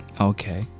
Okay